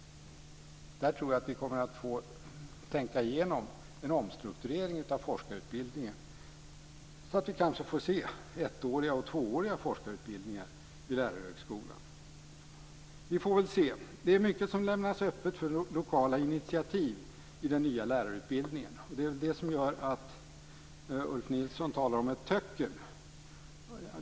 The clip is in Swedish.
Jag tror att vi kommer att få tänka igenom en omstrukturering av forskarutbildningen, så att vi kanske får se ettåriga och tvååriga forskarutbildningar vid Lärarhögskolan. Vi får väl se. Det är mycket som lämnas öppet för lokala initiativ i den nya lärarutbildningen, och det är väl det som gör att Ulf Nilsson talar om ett töcken.